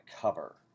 cover